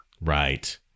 Right